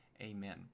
Amen